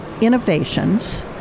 innovations